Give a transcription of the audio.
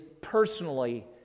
personally